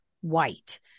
white